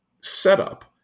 setup